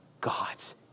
God's